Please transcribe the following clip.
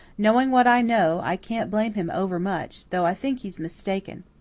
knowing what i know, i can't blame him over much, though i think he's mistaken.